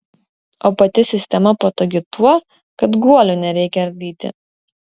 o pati sistema patogi tuo kad guolių nereikia ardyti